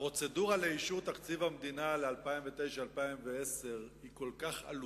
הפרוצדורה לאישור תקציב המדינה ל-2009 2010 היא כל כך עלובה,